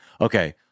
Okay